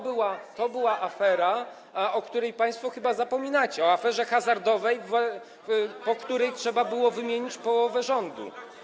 Była afera, o której państwo chyba zapominacie, afera hazardowa, po której trzeba było wymienić połowę rządu.